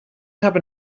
happen